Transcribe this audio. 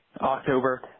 October